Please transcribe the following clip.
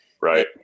Right